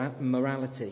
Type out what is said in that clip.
morality